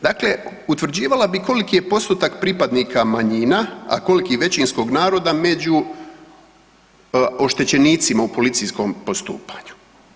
Dakle, utvrđivala bi koliko je postotak pripadnika manjina, a koliki većinskog naroda među oštećenicima u policijskom postupanju.